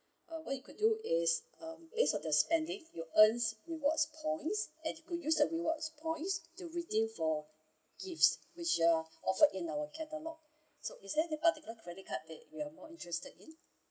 uh what you could do is um based on the spending you earn reward points and you could use the rewards points to redeem for gift which are offer in our catalogue so is there any particular credit card that you're more interested in